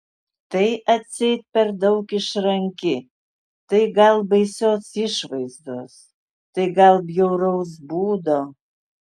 tai atseit per daug išranki tai gal baisios išvaizdos tai gal bjauraus būdo